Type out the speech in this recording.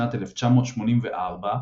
בשנת 1984,